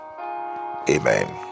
Amen